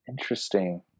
Interesting